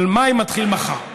אבל מאי מתחיל מחר.